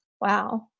wow